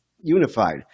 unified